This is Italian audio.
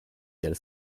del